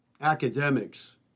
academics